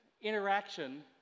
interaction